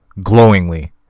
Glowingly